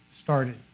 started